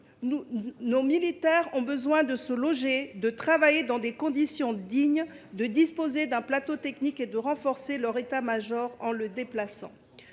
Nos militaires ont besoin de se loger, de travailler dans des conditions dignes, de disposer d’un plateau technique et de renforcer leur état major, en le déplaçant.